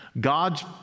God's